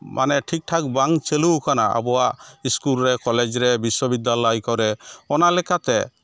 ᱢᱟᱱᱮ ᱴᱷᱤᱠᱼᱴᱷᱟᱠ ᱵᱟᱝ ᱪᱟᱹᱞᱩᱣᱟᱠᱟᱱᱟ ᱟᱵᱚᱣᱟᱜ ᱥᱠᱩᱞ ᱨᱮ ᱠᱚᱞᱮᱡᱽ ᱨᱮ ᱵᱤᱥᱥᱚ ᱵᱤᱫᱽᱫᱟᱞᱚᱭ ᱠᱚᱨᱮ ᱚᱱᱟ ᱞᱮᱠᱟᱛᱮ